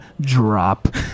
drop